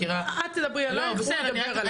את תדברי עלייך והוא ידבר עליו.